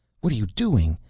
what are you doing?